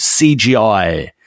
CGI